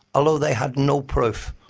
although they had no proof.